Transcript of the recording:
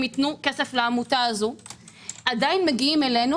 ייתנו כסף לעמותה - עדיין מגיעים אלינו